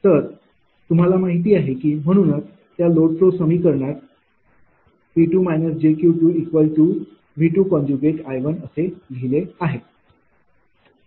तर तुम्हाला माहिती आहे की म्हणूनच त्या लोड फ्लो समीकरणात 𝑃−𝑗𝑄V𝐼 असे लिहिले आहे